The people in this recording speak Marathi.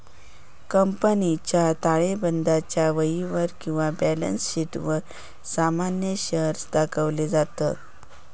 कंपनीच्या ताळेबंदाच्या वहीवर किंवा बॅलन्स शीटवर सामान्य शेअर्स दाखवले जातत